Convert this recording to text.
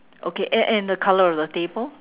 okay and and the colour of the table